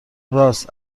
رآس